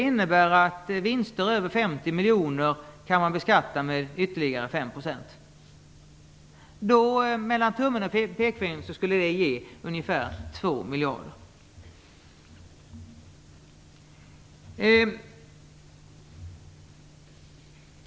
Om vinster över 50 miljoner beskattas med ytterligare 5 %, torde detta "mellan tummen och pekfingret" ge ungefär 2 miljarder.